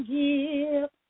give